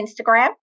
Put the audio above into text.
Instagram